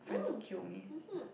mm mmhmm